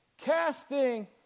Casting